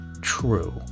true